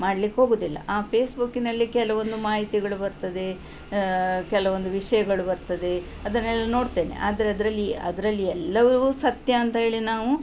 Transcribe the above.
ಮಾಡ್ಲಿಕ್ಕೆ ಹೋಗುವುದಿಲ್ಲ ಆ ಫೇಸ್ಬುಕ್ಕಿನಲ್ಲಿ ಕೆಲವೊಂದು ಮಾಹಿತಿಗಳು ಬರ್ತದೆ ಕೆಲವೊಂದು ವಿಷಯಗಳು ಬರ್ತದೆ ಅದನ್ನೆಲ್ಲ ನೋಡ್ತೇನೆ ಆದರೆ ಅದರಲ್ಲಿ ಅದರಲ್ಲಿ ಎಲ್ಲವೂ ಸತ್ಯ ಅಂತ ಹೇಳಿ ನಾವು